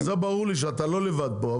זה ברור לי שאתה לא לבד פה,